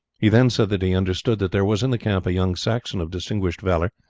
he then said that he understood that there was in the camp a young saxon of distinguished valour,